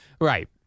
Right